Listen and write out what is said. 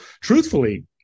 Truthfully